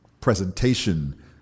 presentation